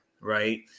right